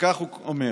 וכך הוא אומר: